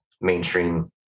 mainstream